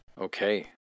okay